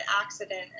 accident